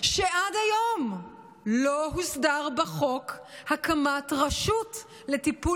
שעד היום לא הוסדרה בחוק הקמת רשות לטיפול